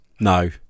no